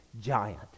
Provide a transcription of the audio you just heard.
giant